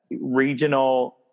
regional